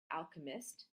alchemist